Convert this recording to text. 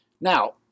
Now